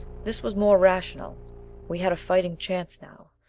this was more rational we had a fighting chance now.